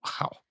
Wow